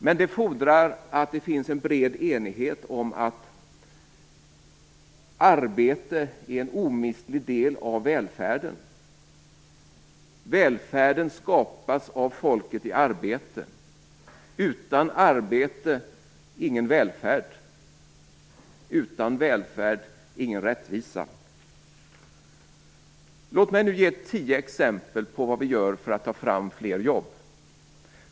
Men det fordrar att det finns en bred enighet om att arbete är en omistlig del av välfärden. Välfärden skapas av folket i arbete. Utan arbete ingen välfärd, utan välfärd ingen rättvisa. Låt mig ge tio exempel på vad vi gör för att ta fram fler jobb.